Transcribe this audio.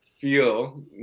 feel